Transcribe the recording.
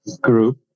group